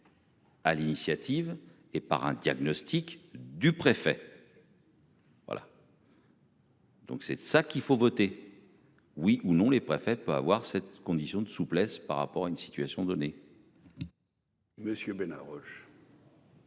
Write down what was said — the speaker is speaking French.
À l'initiative et par un diagnostic du préfet. Donc c'est ça qu'il faut voter oui ou non les préfets pas avoir cette condition de souplesse par rapport à une situation donnée. Monsieur Benalla Roche.